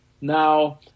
Now